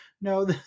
No